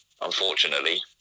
unfortunately